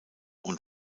und